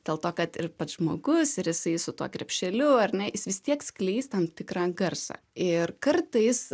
dėl to kad ir pats žmogus ir jisai su tuo krepšeliu ar ne jis vis tiek skleis tam tikrą garsą ir kartais